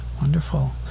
Wonderful